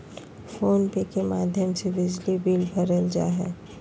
phone पे के माध्यम से बिजली बिल भरल जा हय